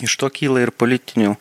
iš to kyla ir politinių